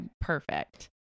perfect